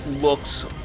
looks